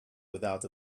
without